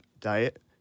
diet